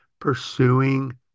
pursuing